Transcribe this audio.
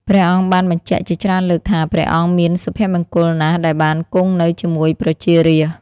ព្រះអង្គបានបញ្ជាក់ជាច្រើនលើកថា ព្រះអង្គមានសុភមង្គលណាស់ដែលបានគង់នៅជាមួយប្រជារាស្ត្រ។